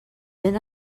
been